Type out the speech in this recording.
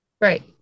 Right